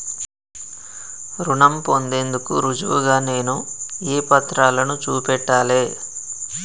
రుణం పొందేందుకు రుజువుగా నేను ఏ పత్రాలను చూపెట్టాలె?